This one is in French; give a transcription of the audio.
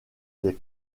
des